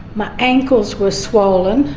my ankles were swollen,